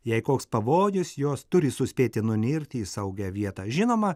jei koks pavojus jos turi suspėti nunirti į saugią vietą žinoma